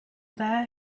there